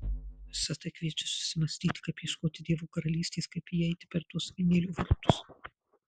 visa tai kviečia susimąstyti kaip ieškoti dievo karalystės kaip įeiti per tuos avinėlio vartus